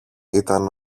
ήταν